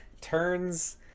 turns